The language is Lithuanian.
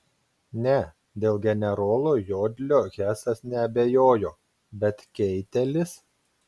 ne dėl generolo jodlio hesas neabejojo bet keitelis